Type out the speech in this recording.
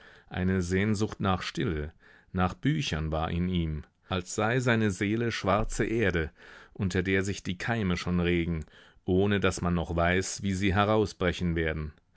eine sehnsucht nach stille nach büchern war in ihm als sei seine seele schwarze erde unter der sich die keime schon regen ohne daß man noch weiß wie sie herausbrechen werden